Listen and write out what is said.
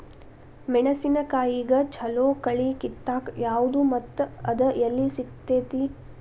ಮೆಣಸಿನಕಾಯಿಗ ಛಲೋ ಕಳಿ ಕಿತ್ತಾಕ್ ಯಾವ್ದು ಮತ್ತ ಅದ ಎಲ್ಲಿ ಸಿಗ್ತೆತಿ?